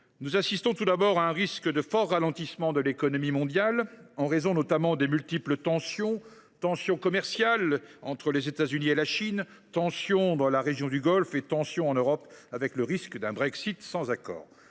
Nous assistons tout d’abord à un risque de fort ralentissement de l’économie mondiale, en raison notamment de multiples tensions : tensions commerciales croissantes entre les États Unis et la Chine, tensions dans la région du Golfe et tensions en Europe avec le risque d’un Brexit sans accord.